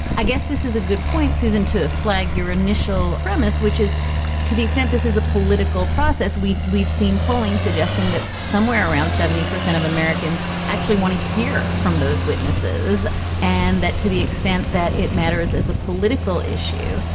i guess this is a good point, susan the flag, your initial premise, which is to the extent this is a political process, we've we've seen polling suggesting that somewhere around seventy percent of americans actually want to hear from those witnesses and that to the extent that it matters as a political issue,